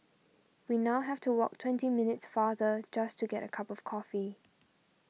we now have to walk twenty minutes farther just to get a cup of coffee